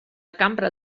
cambra